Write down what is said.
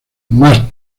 más